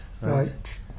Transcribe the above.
Right